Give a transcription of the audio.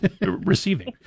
receiving